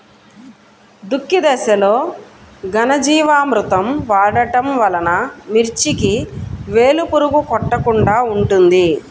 దుక్కి దశలో ఘనజీవామృతం వాడటం వలన మిర్చికి వేలు పురుగు కొట్టకుండా ఉంటుంది?